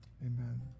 amen